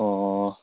ꯑꯣ